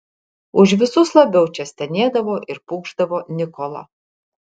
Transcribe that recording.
už visus labiau čia stenėdavo ir pūkšdavo nikola